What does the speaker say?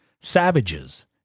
Savages